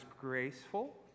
graceful